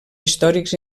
històrics